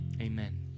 amen